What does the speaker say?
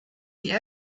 die